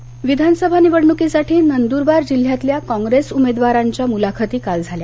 नंदरवार विधानसभा निवडणुकीसाठी नंदूरबार जिल्ह्यातल्या कॉंग्रेस उमेदवारांच्या मुलाखती काल झाल्या